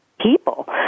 people